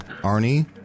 Arnie